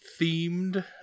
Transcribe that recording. themed